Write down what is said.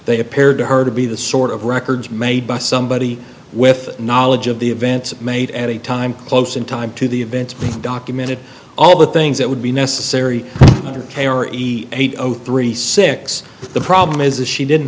they appeared to her to be the sort of records made by somebody with knowledge of the events made at a time close in time to the events being documented all the things that would be necessary hundred k or even eight zero three six but the problem is that she didn't